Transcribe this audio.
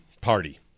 party